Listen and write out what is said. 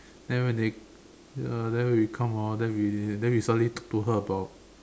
and when they ya then when we come hor then we then we suddenly talk to her about